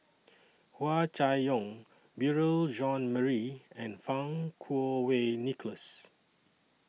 Hua Chai Yong Beurel Jean Marie and Fang Kuo Wei Nicholas